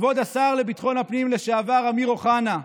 כבוד השר לביטחון הפנים לשעבר אמיר אוחנה.